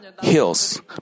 Hills